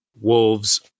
wolves